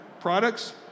products